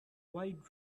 wide